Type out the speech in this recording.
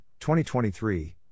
2023